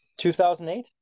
2008